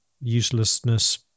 uselessness